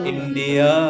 India